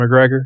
McGregor